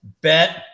bet